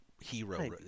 hero